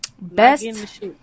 Best